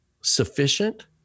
sufficient